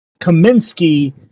Kaminsky